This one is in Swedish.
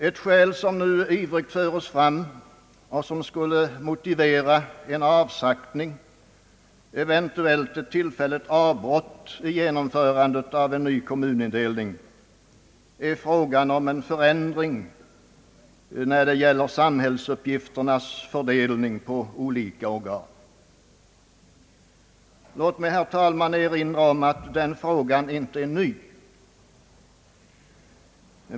Ett skäl som nu ivrigt föres fram och som skulle motivera en avsaktning, eventuellt ett tillfälligt avbrott i genomförandet av en ny kommunindelning, är frågan om en förändring när det gäller samhällsuppgifternas fördelning på olika organ. Låt mig, herr talman, erinra om att den frågan inte är ny.